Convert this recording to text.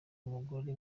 umugore